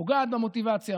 פוגעת במוטיבציה,